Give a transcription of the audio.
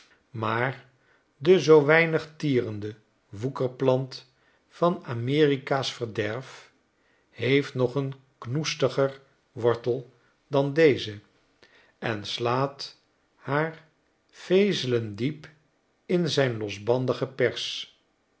maar de zoo weinig tierende woekerplant van amerika's verderf heeft nog een knoestiger wortel dan deze en slaat haar vezelen diep in zijn losbandige pers